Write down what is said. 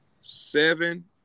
Seven